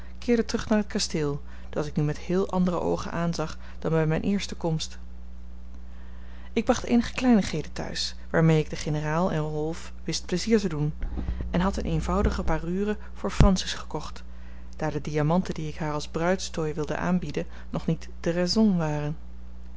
keerde terug naar het kasteel dat ik nu met heel andere oogen aanzag dan bij mijne eerste komst ik bracht eenige kleinigheden thuis waarmee ik den generaal en rolf wist pleizier te doen en had eene eenvoudige parure voor francis gekocht daar de diamanten die ik haar als bruidstooi wilde aanbieden nog niet de raison waren